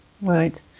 Right